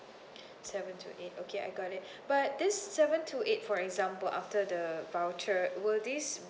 seven two eight okay I got it but this seven two eight for example after the voucher will this